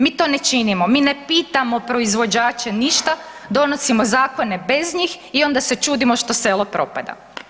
Mi to ne činimo, mi ne pitamo proizvođače ništa, donosimo zakone bez njih i onda se čudimo što selo propada.